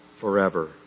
forever